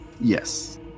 Yes